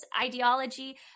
ideology